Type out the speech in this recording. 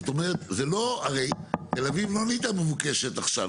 זאת אומרת זה לא הרי תל אביב לא נהייתה מבוקשת עכשיו.